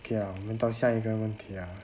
okay lah 我们到下一个问题 ah